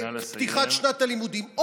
לפתיחת שנת הלימודים, נא לסיים, בבקשה.